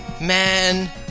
Man